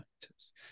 factors